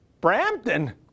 brampton